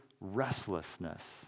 restlessness